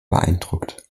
beeindruckt